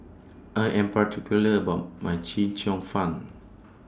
I Am particular about My Chee Cheong Fun